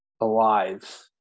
alive